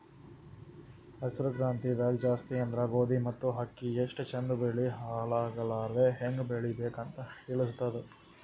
ಹಸ್ರ್ ಕ್ರಾಂತಿದಾಗ್ ಜಾಸ್ತಿ ಅಂದ್ರ ಗೋಧಿ ಮತ್ತ್ ಅಕ್ಕಿ ಎಷ್ಟ್ ಚಂದ್ ಬೆಳಿ ಹಾಳಾಗಲಾರದೆ ಹೆಂಗ್ ಬೆಳಿಬೇಕ್ ಅಂತ್ ತಿಳಸ್ತದ್